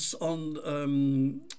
on